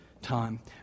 time